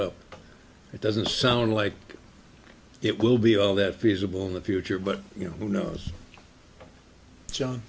up it doesn't sound like it will be all that feasible in the future but you know who knows